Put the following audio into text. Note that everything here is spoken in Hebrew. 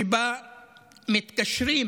מתקשרים